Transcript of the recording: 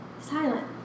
silent